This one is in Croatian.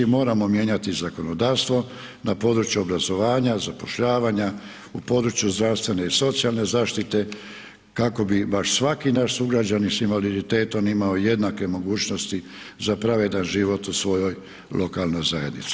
Moramo mijenjati zakonodavstvo na području obrazovanja, zapošljavanja u području zdravstvene i socijalne zaštite kako bi baš svaki naš sugrađanin s invaliditetom imao jednake mogućnosti za pravedan život u svojoj lokalnoj zajednici.